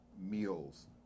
meals